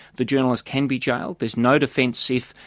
the journalist can be jailed. there is no defence if,